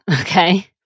okay